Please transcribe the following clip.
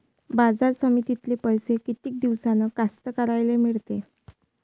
बाजार समितीतले पैशे किती दिवसानं कास्तकाराइले मिळते?